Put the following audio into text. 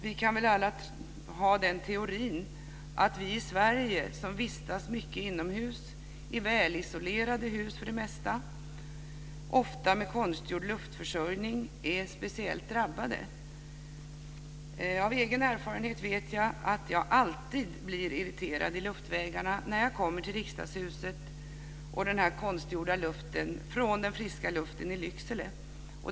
Vi kan alla ha den teorin att vi i Sverige, som vistas mycket inomhus i välisolerade hus för det mesta och ofta med konstgjord luftförsörjning, är speciellt drabbade. Av egen erfarenhet vet jag att jag alltid blir irriterad i luftvägarna när jag kommer till Riksdagshuset och den konstgjorda luften här från den friska luften i Lycksele.